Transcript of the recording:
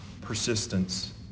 persistence